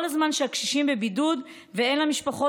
כל זמן שהקשישים בבידוד ואין למשפחות